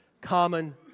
common